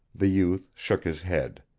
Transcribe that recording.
the youth shook his head.